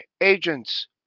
agents